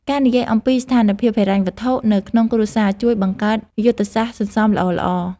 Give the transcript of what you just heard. ការនិយាយអំពីស្ថានភាពហិរញ្ញវត្ថុនៅក្នុងគ្រួសារជួយបង្កើតយុទ្ធសាស្ត្រសន្សុំល្អៗ។